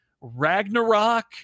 Ragnarok